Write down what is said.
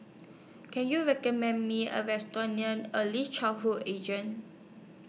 Can YOU recommend Me A Restaurant near Early Childhood Agent